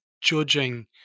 judging